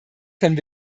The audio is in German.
können